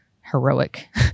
heroic